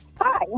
Hi